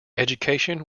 education